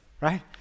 right